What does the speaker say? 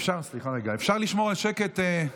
אפשר לשמור על שקט?